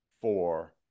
four